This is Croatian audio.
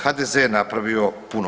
HDZ je napravio puno.